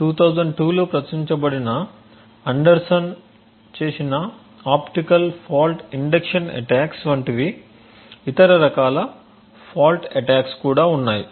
2002 లో ప్రచురించబడిన అండర్సన్ చేసిన ఆప్టికల్ ఫాల్ట్ ఇండక్షన్ అటాక్స్ వంటి ఇతర రకాల ఫాల్ట్ అటాక్స్ కూడా ఉన్నాయి